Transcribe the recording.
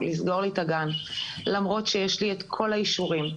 לסגור לי את הגן למרות שיש לי את כל האישורים.